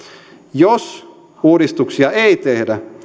jos uudistuksia ei tehdä